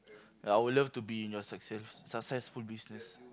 ya I would love to be in your success successful business